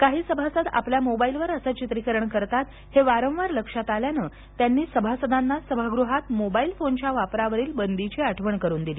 काही सभासद आपल्या मोबाईलवर असे दित्रीकरण करतात हे वारंवार लक्षात आल्याने त्यांनी सभासदांना सभागृहात मोबाईल फोनच्या वापरावरील बंदीची आठवण करून दिली